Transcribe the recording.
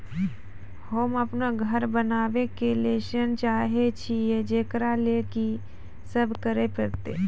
होम अपन घर बनाबै के लेल ऋण चाहे छिये, जेकरा लेल कि सब करें परतै?